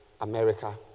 America